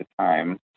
time